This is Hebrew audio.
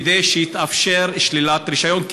כדי שתתאפשר שלילת רישיון.